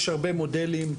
יש הרבה מודלים,